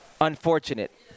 unfortunate